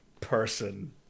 person